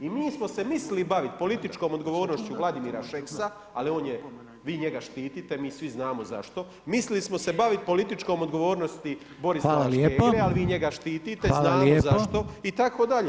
I mi smo se mislili baviti političkom odgovornošću Vladimira Šeksa, ali on je, vi njega štitile, mi svi znamo zašto, mislili smo se baviti političkom odgovornosti Borislav Škegre, ali vi njega štite [[Upadica Reiner: Hvala lijepo.]] znamo zašto, itd.